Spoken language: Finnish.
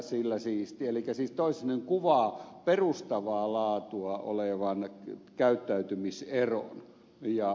elikkä toisin sanoen se kuvaa perustavaa laatua olevan käyttäytymiseron